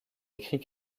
écrit